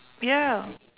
ya